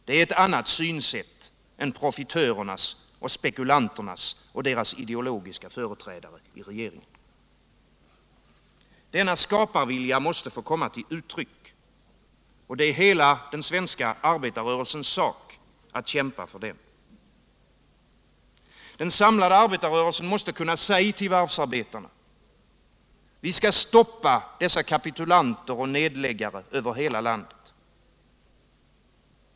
Det är ett annat synsätt än hos profitörerna och spekulanterna och hos deras ideologiska företrädare i regeringen. Denna skaparvilja måste få komma till uttryck. Det är hela den svenska arbetarrörelsens sak att kämpa för den. Den samlade arbetarrörelsen måste kunna säga till varvsarbetarna: Vi skall stoppa dessa kapitulanter och nedläggare över hela landet.